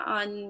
on